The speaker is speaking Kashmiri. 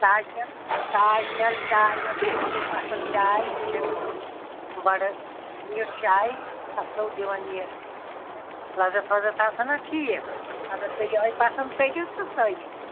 تاج محل تاج محل چاے یَتھ چھِ یہِ گٔے پَسنٛد چاے یہِ چھِ بَڈٕ میٖٹھ چاے اَصٕل دِوان یہِ لَذت وَزت چھِ آسان اَتھ ٹھیٖک اگر تۅہہِ یِہَے پَسٛنٛد کٔرِو تہٕ سۄ نیٖتَو